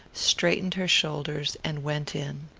straightened her shoulders and went in.